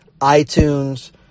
itunes